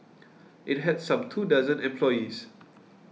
it had some two dozen employees